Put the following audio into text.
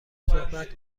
صحبت